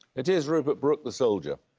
it is rupert brooke, the soldier.